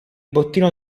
bottino